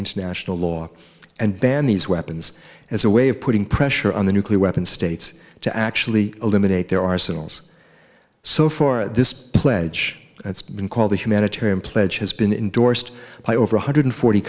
international law and ban these weapons as a way of putting pressure on the nuclear weapons states to actually eliminate their arsenals so for this pledge that's been called the humanitarian pledge has been endorsed by over one hundred forty